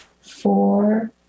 four